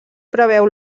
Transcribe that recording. preveu